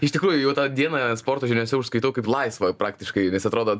iš tikrųjų jau tą dieną sporto žiniose užskaitau kaip laisvą praktiškai nes atrodo